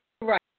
right